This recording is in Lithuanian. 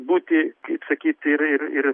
būti kaip sakyt ir ir ir